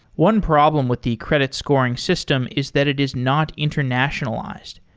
one problem with the credit scoring system is that it is not internationalized.